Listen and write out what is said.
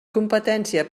competència